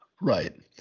right